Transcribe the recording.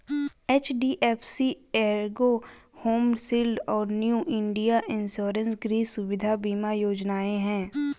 HDFC Ergo home shield और new India insurance गृह सुविधा बीमा योजनाएं हैं